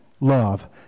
love